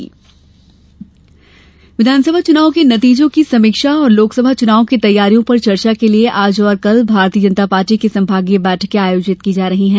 भाजपा बैठकें विधानसभा चुनाव के नतीजों की समीक्षा और लोकसभा चुनाव की तैयारियों पर चर्चा के लिये आज और कल भारतीय जनता पार्टी की संभागीय बैठकें आयोजित की जा रही है